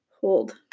hold